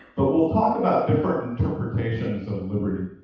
but we'll talk about different interpretations of liberty.